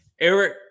Eric